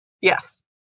Yes